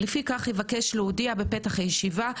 לפי כך אבקש להודיע בפתח הישיבה,